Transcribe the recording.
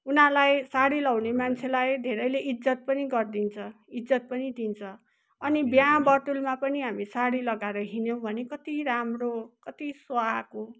उनीहरूलाई साडी लाउने मान्छेलाई धेरैले इज्जत पनि गरिदिन्छ इज्जत पनि दिन्छ अनि बिहा बटुलमा पनि हामी साडी लगाएर हिँड्यौँ भने कति राम्रो कति सुहाएको